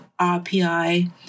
RPI